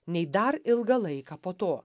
nei dar ilgą laiką po to